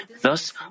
Thus